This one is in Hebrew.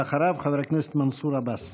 ואחריו, חבר הכנסת מנסור עבאס.